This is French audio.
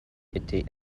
été